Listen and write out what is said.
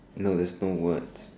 no there's no words